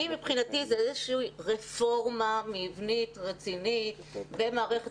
מבחינתי זו איזושהי רפורמה מבנית רצינית במערכת